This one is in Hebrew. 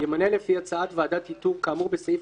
ימנה לפי הצעת ועדת איתור כאמור בסעיף